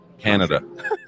Canada